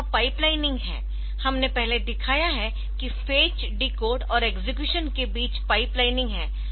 तो यह पाइपलाइनिंग है हमने पहले दिखाया है कि फेच डिकोड और एक्सेक्युशन के बीच पाइपलाइनिंग है